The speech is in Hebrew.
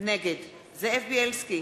נגד זאב בילסקי,